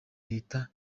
leta